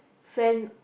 friend